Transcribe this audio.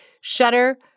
shutter